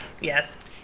Yes